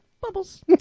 Bubbles